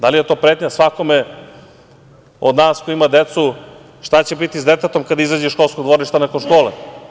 Da li je to pretnja svakome od nas ko ima decu šta će biti sa detetom kada izađe iz školskog dvorišta nakon škole?